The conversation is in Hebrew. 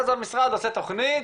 אז המשרד עושה תוכנית,